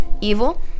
evil